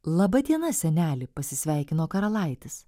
laba diena seneli pasisveikino karalaitis